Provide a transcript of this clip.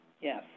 Yes